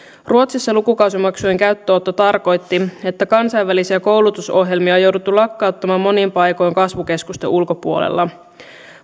ruotsissa lukukausimaksujen käyttöönotto tarkoitti että kansainvälisiä koulutusohjelmia on jouduttu lakkauttamaan monin paikoin kasvukeskusten ulkopuolella